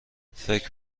فکر